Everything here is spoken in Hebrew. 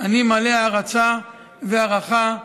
אני מלא הערצה והערכה כלפיכם,